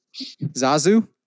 Zazu